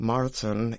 Martin